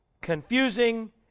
confusing